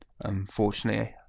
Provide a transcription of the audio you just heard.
unfortunately